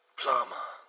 plumber